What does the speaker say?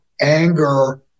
anger